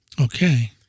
Okay